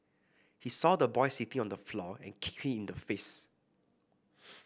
he saw the boy sitting on the floor and kicked him in the face